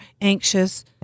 anxious